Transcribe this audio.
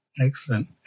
Excellent